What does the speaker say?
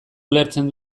ulertzen